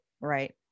right